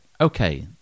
okay